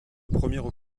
première